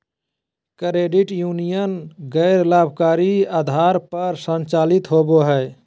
credit union गैर लाभकारी आधार पर संचालित होबो हइ